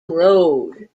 road